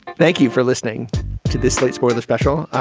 thank you for listening to this. let's go of the special.